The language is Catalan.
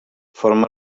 forma